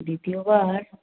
দ্বিতীয় বার